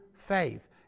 faith